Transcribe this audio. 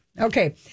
Okay